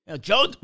Joe